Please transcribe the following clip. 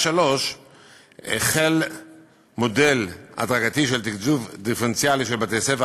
3. החל מודל הדרגתי של תקצוב דיפרנציאלי של בתי-ספר,